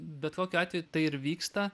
bet kokiu atveju tai ir vyksta